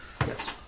Yes